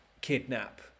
kidnap